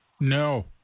No